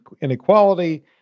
inequality